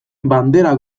bandera